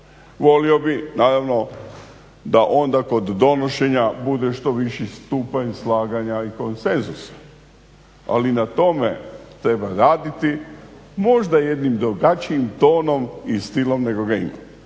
Volio bih naravno da onda kod donošenja bude što viši stupanj slaganja i konsenzusa. Ali na tome treba raditi, možda jednim drugačijim tonom i stilom nego ga